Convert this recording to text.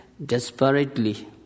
Desperately